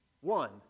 one